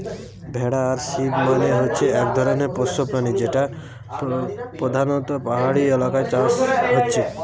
ভেড়া বা শিপ মানে হচ্ছে এক ধরণের পোষ্য প্রাণী যেটা পোধানত পাহাড়ি এলাকায় চাষ হচ্ছে